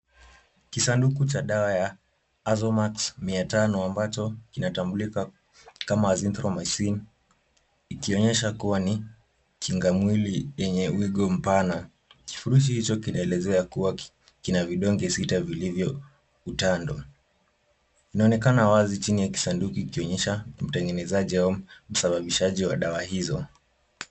Kisanduku cha dawa ya Azomax 500, ambacho kinatambulika kama Azynthromaxin, ikionyesha kuwa ni kinga mwili yenye wigo mpana. Kifurushi hicho kinaelezea kuwa kina vidonge visita vilivyo utando. Inaonekana wazi chini ya kisanduku, ikionyesha ni mtengenezaji au msababishaji wa dawa hizo.